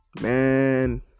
man